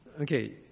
Okay